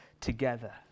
together